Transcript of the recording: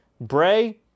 Bray